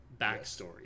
backstory